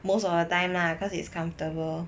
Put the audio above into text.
most of the time lah cause it's comfortable